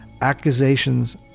accusations